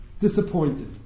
disappointed